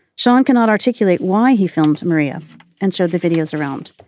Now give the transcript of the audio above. sean cannot articulate why he filmed maria and showed the videos around.